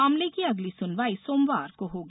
मामले की अगली सुनवाई सोमवार को होगी